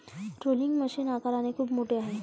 rolling machine आकाराने खूप मोठे आहे